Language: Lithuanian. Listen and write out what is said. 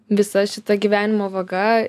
visa šita gyvenimo vaga